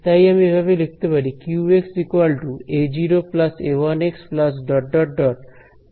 তাই আমি এভাবে লিখতে পারি q a0 a1x aN −1xN −1